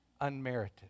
unmerited